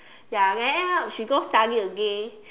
ya then end up she go study again